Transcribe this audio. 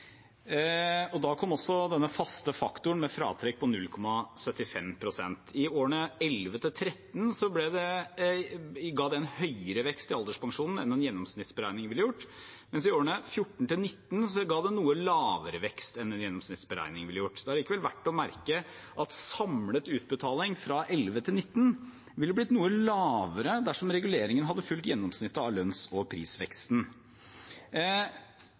Da kom også denne faste faktoren med fratrekk på 0,75 pst. I årene 2011 til 2013 ga det en høyere vekst i alderspensjonen enn en gjennomsnittsberegning ville gjort, mens i årene 2014 til 2019 ga det noe lavere vekst enn en gjennomsnittsberegning ville gjort. Det er likevel verdt å merke seg at samlet utbetaling fra 2011 til 2019 ville blitt noe lavere dersom reguleringen hadde fulgt gjennomsnittet av lønns- og prisveksten.